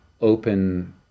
open